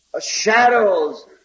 shadows